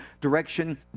direction